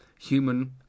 human